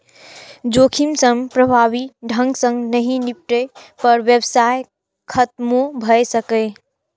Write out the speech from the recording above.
जोखिम सं प्रभावी ढंग सं नहि निपटै पर व्यवसाय खतमो भए सकैए